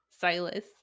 Silas